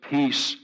Peace